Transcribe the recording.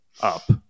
up